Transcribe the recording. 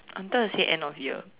wanted to say end of year